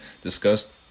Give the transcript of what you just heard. discussed